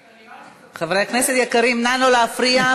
חברי כנסת יקרים, נא לא להפריע.